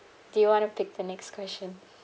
do you want to pick the next question